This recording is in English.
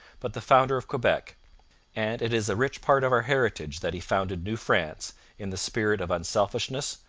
but the founder of quebec and it is a rich part of our heritage that he founded new france in the spirit of unselfishness,